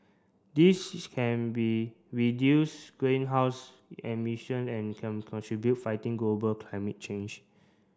this is can be reduce greenhouse emission and contribute fighting global climate change